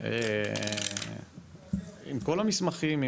עם כל המסמכים,